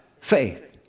faith